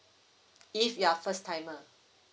if you're first timer